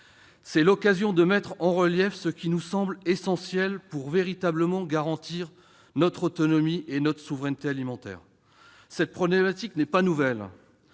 C'est l'occasion de mettre en relief ce qui nous semble essentiel pour véritablement garantir notre autonomie et notre souveraineté alimentaires. Cette problématique n'est pas nouvelle,